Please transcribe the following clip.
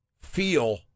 feel